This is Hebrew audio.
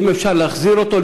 אם אפשר להחזיר אותו,